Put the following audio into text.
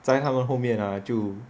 在他们后面啊就